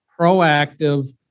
proactive